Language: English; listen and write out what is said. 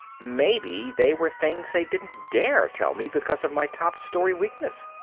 maybe they were things they didn't dare tell me because of my top-storey weakness.